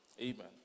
Amen